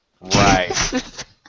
Right